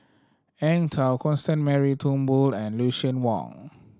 Eng Tow Constance Mary Turnbull and Lucien Wang